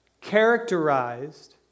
characterized